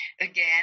again